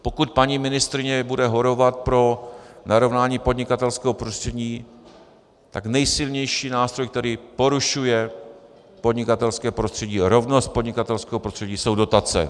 Pokud bude paní ministryně horovat pro narovnání podnikatelského prostředí, tak nejsilnější nástroj, který porušuje podnikatelské prostředí, rovnost podnikatelského prostředí, jsou dotace.